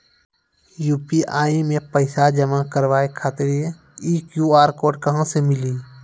UPI मे पैसा जमा कारवावे खातिर ई क्यू.आर कोड कहां से मिली?